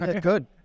good